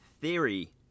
Theory